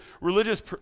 Religious